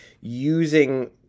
using